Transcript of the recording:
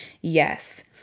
Yes